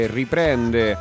riprende